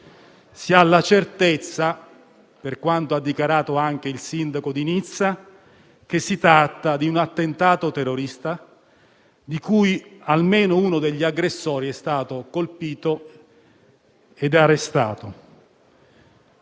si ha la certezza, per quanto ha dichiarato anche il sindaco che si tratti di un attentato terrorista e che almeno uno degli aggressori sia stato colpito ed arrestato.